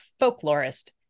folklorist